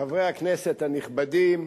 חברי הכנסת הנכבדים,